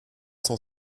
sans